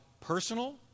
personal